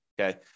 okay